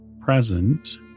present